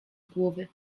głowy